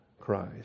Christ